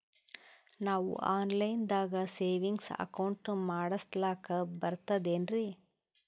ನಾವು online ದಾಗ savings account ಮಾಡಸ್ಲಾಕ ಬರ್ತದೇನ್ರಿ?